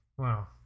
Wow